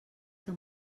que